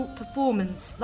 performance